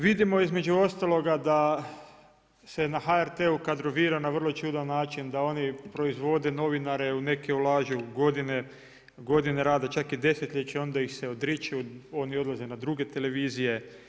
Vidimo između ostalog da se na HRT-u kadrovira na vrlo čudan način, da oni proizvode novinare ili neki ulažu godine, godine rada, čak i desetljeće, onda ih se odriču, oni odlaze na druge televizije.